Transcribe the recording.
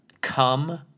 Come